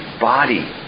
body